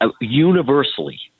universally